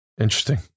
Interesting